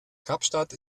kapstadt